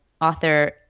author